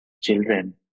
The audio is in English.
children